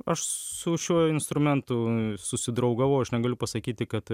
aš su šiuo instrumentu susidraugavau aš negaliu pasakyti kad